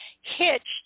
Hitched